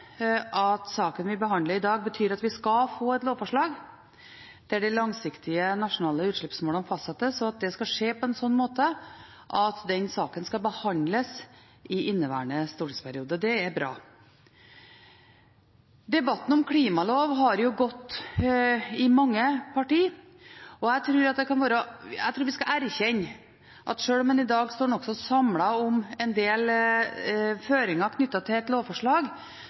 at saken vi behandler i dag, betyr at vi skal få et lovforslag, der de langsiktige nasjonale utslippsmålene fastsettes, og at det skal skje på en slik måte at den saken skal behandles i inneværende stortingsperiode. Det er bra. Debatten om klimalov har gått i mange partier, og jeg tror vi skal erkjenne at sjøl om en i dag står nokså samlet om en del føringer knyttet til et lovforslag,